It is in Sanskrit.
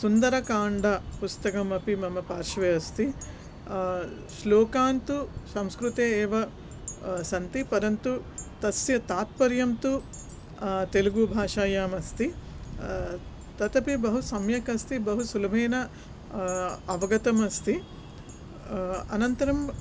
सुन्दरकाण्ड पुस्तकमपि मम पार्श्वे अस्ति श्लोकाः तु संस्कृते एव सन्ति परन्तु तस्य तात्पर्यं तु तेलुगुभाषायाम् अस्ति तदपि बहु सम्यक् अस्ति बहुसुलभेन अवगतम् अस्ति अनन्तरं